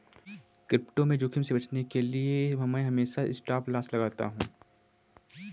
crypto में जोखिम से बचने के लिए मैं हमेशा स्टॉपलॉस लगाता हूं